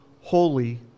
holy